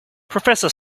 professor